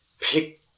pick